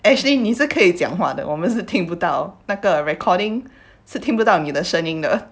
actually 你是可以讲话的我们是听不到那个 recording 是听不到你的声音的